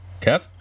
Kev